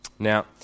Now